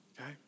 okay